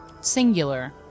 singular